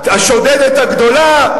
השודדת הגדולה?